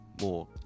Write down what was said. more